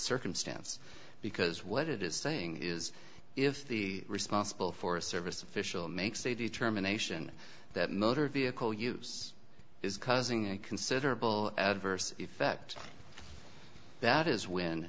circumstance because what it is saying is if the responsible for a service official makes a determination that motor vehicle use is causing a considerable adverse effect that is when